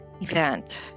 event